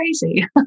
crazy